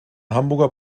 hamburger